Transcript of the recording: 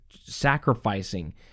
Sacrificing